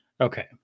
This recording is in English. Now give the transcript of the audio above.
Okay